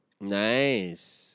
Nice